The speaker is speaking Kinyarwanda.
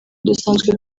dusanzwe